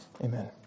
Amen